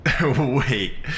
Wait